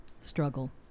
struggle